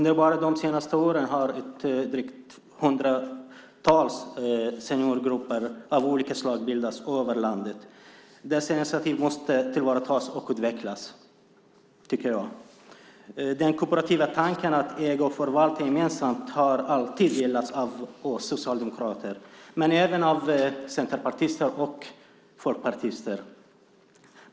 Bara under de senaste åren har ett drygt hundratal seniorgrupper av olika slag bildats i landet. Dessa initiativ måste tillvaratas och utvecklas, tycker jag. Den kooperativa tanken att äga och förvalta gemensamt har alltid delats av oss socialdemokrater, men även av centerpartister och folkpartister.